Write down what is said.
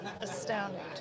astounding